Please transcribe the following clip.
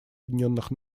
объединенных